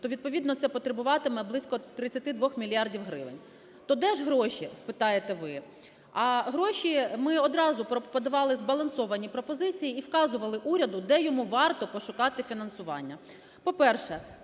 то відповідно це потребуватиме близько 32 мільярдів гривень. То де ж гроші, спитаєте ви. А гроші, ми відразу подавали збалансовані пропозиції і вказували уряду, де йому варто пошукати фінансування.